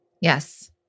Yes